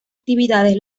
actividades